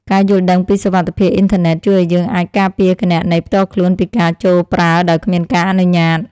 ការយល់ដឹងពីសុវត្ថិភាពអ៊ិនធឺណិត ជួយឱ្យយើងអាចការពារគណនីផ្ទាល់ខ្លួនពីការចូលប្រើដោយគ្មានការអនុញ្ញាត